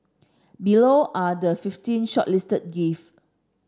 below are the fifteen shortlisted gift